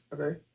okay